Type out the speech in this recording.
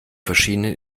verschiedenen